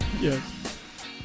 Yes